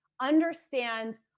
understand